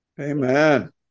Amen